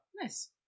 Nice